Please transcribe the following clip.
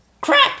Crap